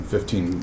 Fifteen